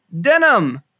Denim